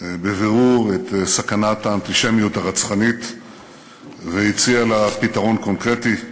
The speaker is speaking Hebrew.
בבירור את סכנת האנטישמיות הרצחנית והציע לה פתרון קונקרטי: